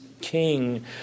king